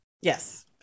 yes